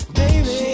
baby